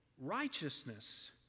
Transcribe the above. righteousness